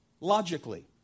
logically